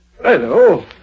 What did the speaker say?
Hello